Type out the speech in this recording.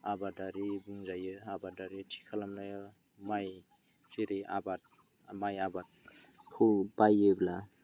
आबादारि होनजायो आबादारि थि खालामनायाव माइ जेरै आबाद माइ आबादखौ बायोब्ला